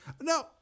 No